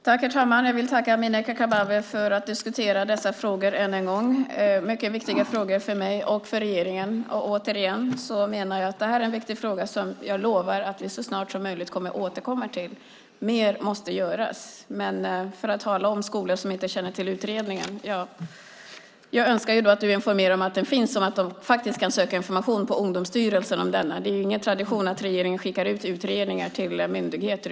Herr talman! Jag vill tacka Amineh Kakabaveh för att vi får diskutera dessa frågor än en gång. Det är mycket viktiga frågor för mig och för regeringen. Det är viktiga frågor som jag lovar att vi så snart som möjligt återkommer till. Mer måste göras. Amineh Kakabaveh talar om skolor som inte känner till utredningen. Jag önskar då att hon informerar om att den finns och att de faktiskt kan söka information på Ungdomsstyrelsen om denna. Det är ingen tradition att regeringen skickar ut utredningar till myndigheter.